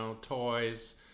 toys